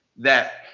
that.